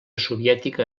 soviètica